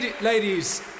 Ladies